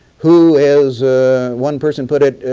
who, as one person put it,